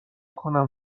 کنم